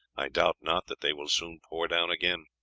i doubt not that they will soon pour down again.